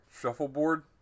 Shuffleboard